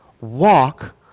walk